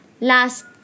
Last